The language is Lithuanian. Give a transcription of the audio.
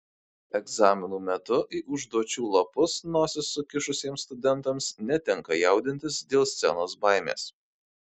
egzaminų metu į užduočių lapus nosis sukišusiems studentams netenka jaudintis dėl scenos baimės